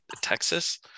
Texas